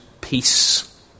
peace